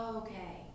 okay